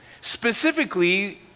Specifically